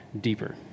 deeper